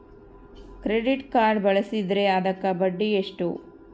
Credit card ಬಳಸಿದ್ರೇ ಅದಕ್ಕ ಬಡ್ಡಿ ಎಷ್ಟು?